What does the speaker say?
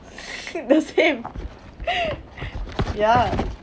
the same ya